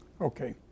okay